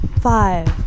Five